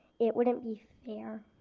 it wouldn't be fair.